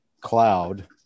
cloud